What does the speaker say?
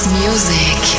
music